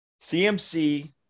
CMC